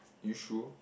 you sure